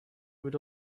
would